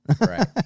Right